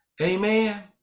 Amen